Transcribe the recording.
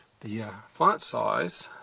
the yeah font size